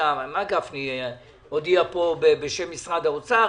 מה גפני הודיע פה בשם משרד האוצר,